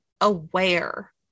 aware